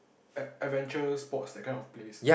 ad~ adventure sports that kind of place